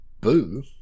Boo